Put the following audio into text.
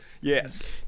Yes